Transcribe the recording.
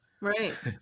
Right